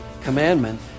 commandment